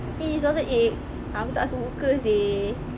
eh salted egg ah aku tak suka seh